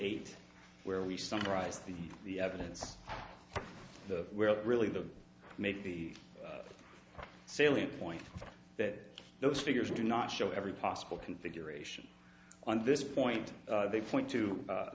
eight where we summarize the the evidence the really the make the salient point that those figures do not show every possible configuration on this point they point to